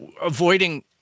Avoiding